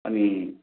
अनि